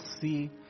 see